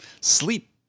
sleep